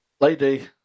Lady